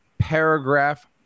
paragraph